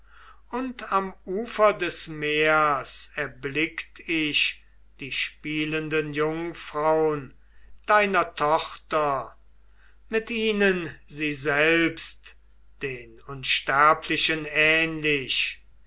und am ufer des meers erblickt ich die spielenden jungfraun deiner tochter mit ihnen sie selbst den unsterblichen ähnlich